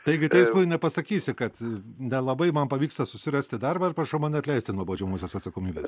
taigi teismui nepasakysi kad nelabai man pavyksta susirasti darbą ir prašau mane atleisti nuo baudžiamosios atsakomybės